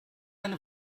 eine